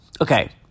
Okay